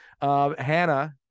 Hannah